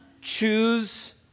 Choose